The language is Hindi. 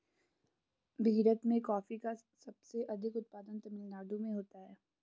भीरत में कॉफी का सबसे अधिक उत्पादन तमिल नाडु में होता है